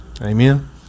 Amen